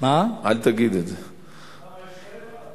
למה, יש חרם עליו?